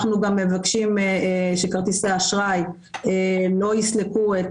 אנחנו גם מבקשים שכרטיסי האשראי לא יסלקו את